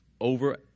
Over